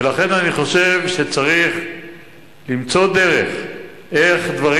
ולכן אני חושב שצריך למצוא דרך איך דברים